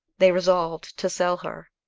they resolved to sell her.